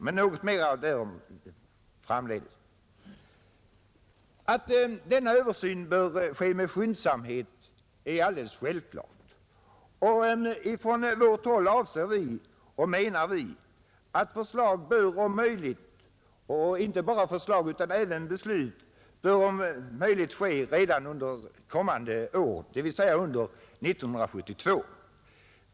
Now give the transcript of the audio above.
Det är självklart att denna översyn bör ske med stor skyndsamhet. På vårt håll menar vi att förslag bör framläggas och även beslut om möjligt fattas redan under kommande år, dvs. under 1972.